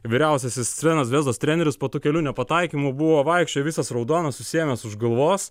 vyriausiasis crvenos zvezdos treneris po tų kelių nepataikymų buvo vaikščiojo visas raudonas susiėmęs už galvos